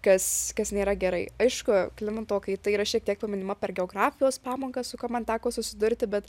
kas kas nėra gerai aišku klimato kaita yra šiek tiek paminima per geografijos pamokas su kuo man teko susidurti bet